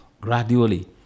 gradually